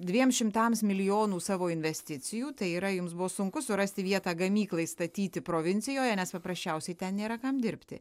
dviem šimtams milijonų savo investicijų tai yra jums buvo sunku surasti vietą gamyklai statyti provincijoje nes paprasčiausiai ten nėra kam dirbti